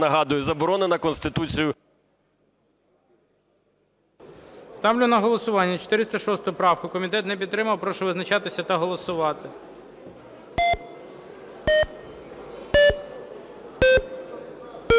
Ставлю на голосування 414 правку. Комітетом не підтримана. Прошу визначатися та голосувати. 13:50:32